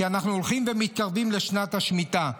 כי אנחנו הולכים ומתקרבים לשנת השמיטה.